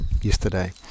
yesterday